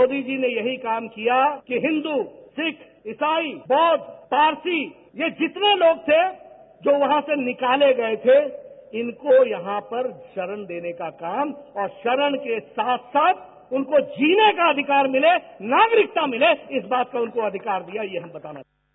मोदी जी ने यही काम किया कि हिन्दू सिख ईसाई बौद्ध फारसी ये जितने लोग थे जो वहां से निकाले गये थे इनको यहां पर शरण देने का काम और शरण के साथ साथ उनको जीने का अधिकार मिले नागरिकता मिले इस बात का उनको अधिकार दिया गया